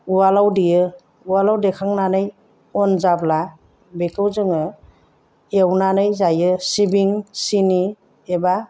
उवालाव देयो उवालाव देखांनानै अन जाब्ला बेखौ जोङो एवनानै जायो सिबिं सिनि एबा